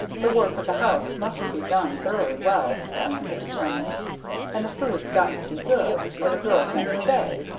the work of the house must be done thoroughly well, diantha determined and the food's got to be good or the girls wont stay.